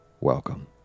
welcome